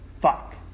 fuck